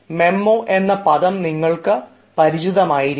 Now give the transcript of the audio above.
memo എന്ന പദം നിങ്ങൾക്ക് പരിചിതമായിരിക്കും